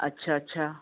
अच्छा अच्छा